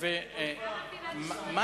הוא גר במדינת ישראל.